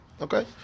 Okay